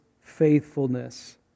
faithfulness